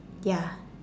ya